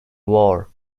war